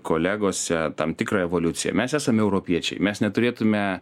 kolegose tam tikrą evoliuciją mes esame europiečiai mes neturėtume